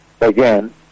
Again